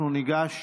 אנחנו ניגש